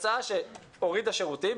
זו הצעה שהורידה שירותים,